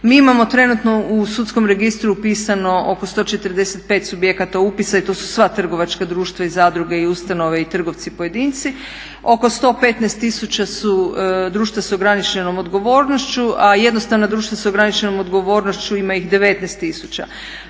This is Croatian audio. Mi imamo trenutno u sudskom registru upisano oko 145 subjekata upisa i to su sva trgovačka društva i zadruge i ustanove i trgovci pojedinci, oko 115 tisuća su društva s ograničenom odgovornošću a jednostavna društva s ograničenom odgovornošću ima ih 19